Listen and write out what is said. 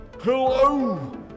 Hello